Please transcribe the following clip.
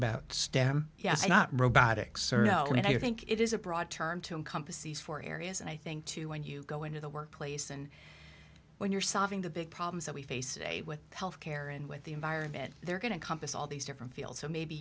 about stem yes not robotics i mean i think it is a broad term to encompass these four areas and i think too when you go into the workplace and when you're solving the big problems that we face today with health care and with the environment they're going to compass all these different fields so maybe